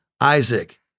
Isaac